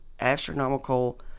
astronomical